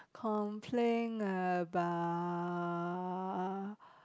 complain about